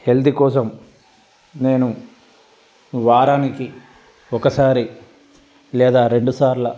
healthy కోసం నేను వారానికి ఒకసారి లేదా రెండుసార్ల